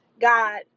God